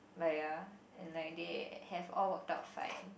but ya and like they have all worked out fine